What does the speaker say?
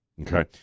Okay